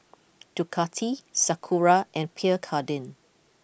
Ducati Sakura and Pierre Cardin